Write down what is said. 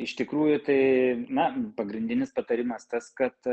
iš tikrųjų tai na pagrindinis patarimas tas kad